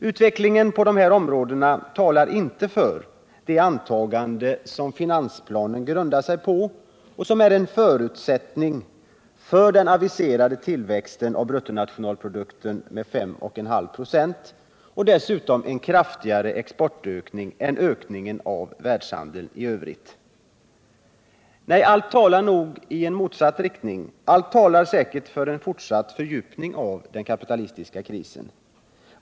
Utvecklingen på dessa områden talar inte för de antaganden som finansplanen grundar sig på och som är en förutsättning för den aviserade tillväxten av bruttonationalprodukten med 5,5 926 och dessutom en kraftigare exportökning än ökningen av världshandeln i övrigt. Nej, allt pekar nog i motsatt riktning. Allt talar säkert för en fortsatt fördjupning av den kapitalistiska krisen.